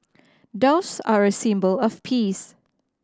doves are a symbol of peace